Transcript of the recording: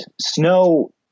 snow